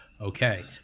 okay